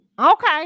okay